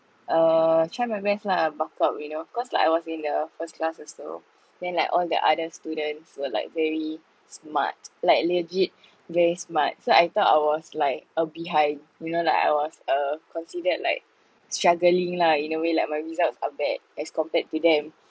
err try my best lah buck up you know cause like I was in the first class also then like all the other students were like very smart like legit very smart so I thought I was like uh behind you know like I was uh considered like struggling lah in a way like my results are bad as compared to them